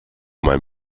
mein